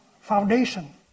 foundation